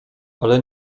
ale